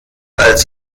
als